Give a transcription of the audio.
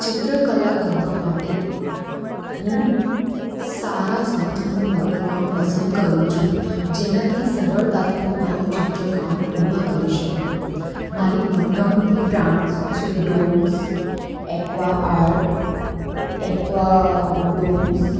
ચિત્રકલા કરવા માટે હું સારા સાધનો વાપરવાનું પસંદ કરું છું જેનાથી સરળતાથી હું મારું ચિત્ર કામ પૂર્ણ કરી શકું મારી મનગમતી બ્રાન્ડ્સ છે Doms aqua art aqua domes